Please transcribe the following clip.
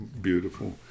Beautiful